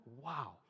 Wow